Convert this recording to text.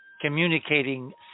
communicating